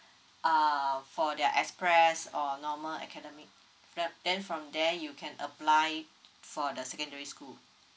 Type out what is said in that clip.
err for their express or normal academic ya then from there you can apply for the secondary school